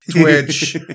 Twitch